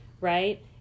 right